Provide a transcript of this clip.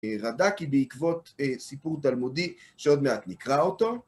רד"ק בעקבות סיפור תלמודי שעוד מעט נקרא אותו.